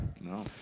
No